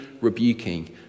rebuking